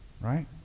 right